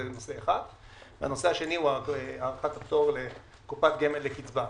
והנושא השני הוא הארכת הפטור לקופת גמל לקצבה.